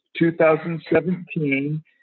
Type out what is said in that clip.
2017